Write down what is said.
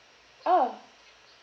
!ow!